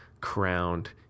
crowned